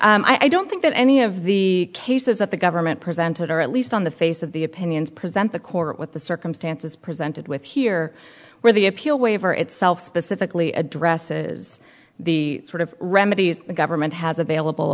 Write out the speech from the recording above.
honor i don't think that any of the cases that the government presented or at least on the face of the opinions present the court with the circumstances presented with here where the appeal waiver itself specifically addresses the sort of remedies the government has available